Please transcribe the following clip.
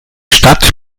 stadt